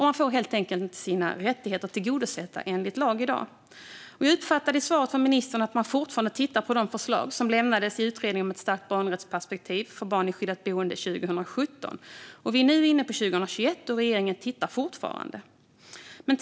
Man får helt enkelt inte sina lagliga rättigheter tillgodosedda i dag. Jag uppfattade i svaret från ministern att man fortfarande tittar på de förslag som lämnades av Utredningen om ett stärkt barnrättsperspektiv för barn i skyddat boende 2017. Vi är nu inne på 2021, och regeringen tittar fortfarande.